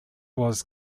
was